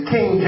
King